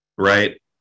Right